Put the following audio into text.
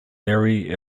leahy